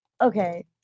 okay